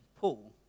Paul